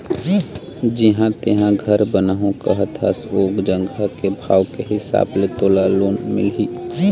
जिहाँ तेंहा घर बनाहूँ कहत हस ओ जघा के भाव के हिसाब ले तोला लोन मिलही